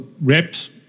reps